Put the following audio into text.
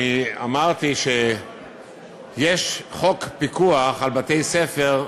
אני אמרתי שיש חוק פיקוח על בתי-ספר,